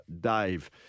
Dave